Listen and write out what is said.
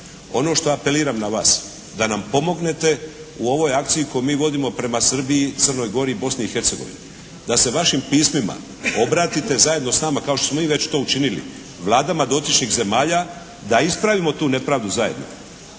Ono što apeliram na vas da nam pomognete u ovoj akciji koju mi vodimo prema Srbiji, Crnoj Gori i Bosni i Hercegovini da se vašim pismima obratite zajedno s nama kao što smo mi već to učinili vladama dotičnih zemalja da ispravimo tu nepravdu zajedno.